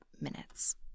minutes